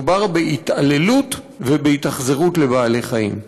מדובר בהתעללות ובהתאכזרות לבעלי-חיים.